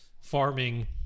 farming